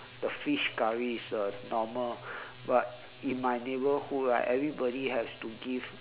the fish curry is a normal but in my neighbourhood right everybody has to give